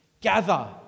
gather